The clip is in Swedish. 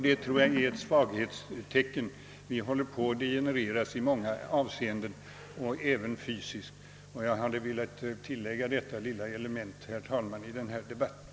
Detta är ett svaghetstecken, vi håller på att degenereras i många avseenden, även fysiskt. Jag har velat tillägga detta lilla element, herr talman, till debatten.